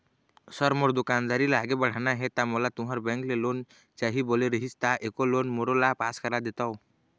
Sir मोर दुकानदारी ला आगे बढ़ाना हे ता मोला तुंहर बैंक लोन चाही बोले रीहिस ता एको लोन मोरोला पास कर देतव?